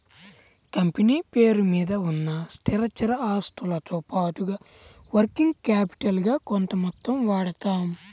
company పేరు మీద ఉన్న స్థిరచర ఆస్తులతో పాటుగా వర్కింగ్ క్యాపిటల్ గా కొంత మొత్తం వాడతాం